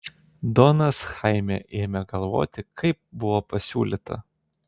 donas chaime ėmė galvoti kaip buvo pasiūlyta